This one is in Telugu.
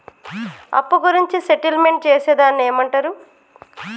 అప్పు గురించి సెటిల్మెంట్ చేసేదాన్ని ఏమంటరు?